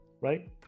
right